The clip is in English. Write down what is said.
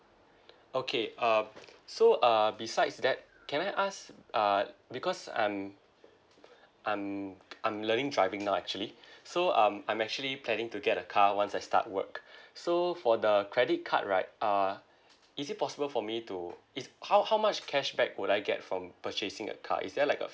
okay uh so uh besides that can I ask uh because I'm I'm I'm learning driving now actually so um I'm actually planning to get a car once I start work so for the credit card right uh is it possible for me to is how how much cashback would I get from purchasing a car is there like a